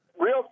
Real